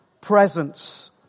presence